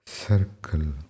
circle